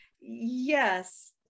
Yes